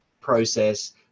process